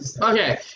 Okay